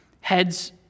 heads